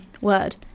Word